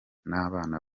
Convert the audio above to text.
n’abana